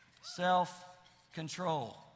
Self-control